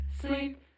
sleep